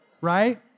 right